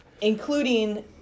including